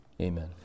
amen